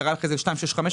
ירד ל-2.65.